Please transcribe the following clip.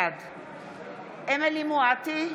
בעד אמילי חיה מואטי,